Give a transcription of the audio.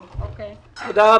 תודה.